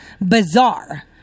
bizarre